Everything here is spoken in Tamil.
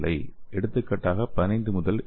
எடுத்துக்காட்டாக 15 முதல் 200 என்